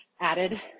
added